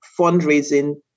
fundraising